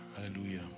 hallelujah